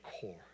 core